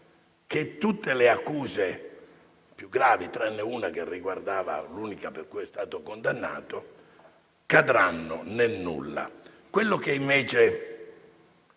che tutte le accuse più gravi (tranne una, l'unica per cui è stato condannato) cadranno nel nulla. Quello che invece